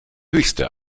höchste